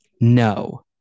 no